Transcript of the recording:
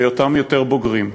בהיותם בוגרים יותר.